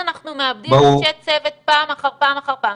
אנחנו מאבדים אנשי צוות פעם אחר פעם אחר פעם